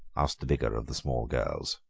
asked the bigger of the small girls.